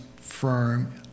firm